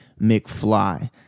McFly